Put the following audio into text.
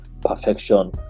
perfection